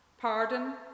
Pardon